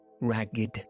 ragged